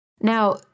Now